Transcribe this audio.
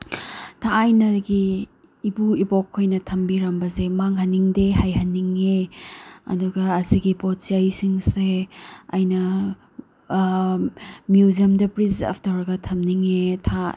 ꯊꯥꯏꯅꯒꯤ ꯏꯄꯨ ꯏꯕꯣꯛ ꯈꯣꯏꯅ ꯊꯝꯕꯤꯔꯝꯕꯁꯦ ꯃꯥꯡꯍꯟꯅꯤꯡꯗꯦ ꯍꯩꯍꯟꯅꯤꯡꯉꯤ ꯑꯗꯨꯒ ꯑꯁꯤꯒꯤ ꯄꯣꯠ ꯆꯩꯁꯤꯡꯁꯦ ꯑꯩꯅ ꯑꯩꯅ ꯃ꯭ꯌꯨꯖꯝꯗ ꯄ꯭ꯔꯤꯖꯔꯚ ꯇꯧꯔꯒ ꯊꯝꯅꯤꯡꯉꯦ